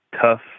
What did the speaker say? tough